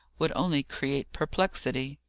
would only create perplexity.